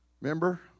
Remember